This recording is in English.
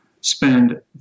Spend